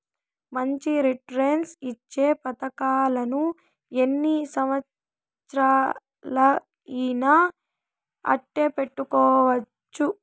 మంచి రిటర్న్స్ ఇచ్చే పతకాలను ఎన్ని సంవచ్చరాలయినా అట్టే పెట్టుకోవచ్చు